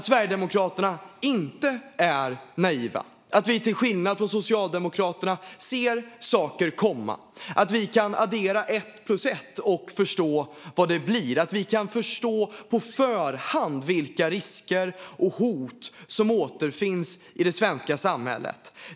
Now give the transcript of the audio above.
Sverigedemokraterna är inte naiva. Till skillnad från Socialdemokraterna ser vi saker komma. Vi kan addera ett plus ett och förstå vad det blir. Vi kan på förhand förstå vilka risker och hot som återfinns i det svenska samhället.